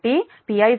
35 Pi0 0